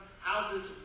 houses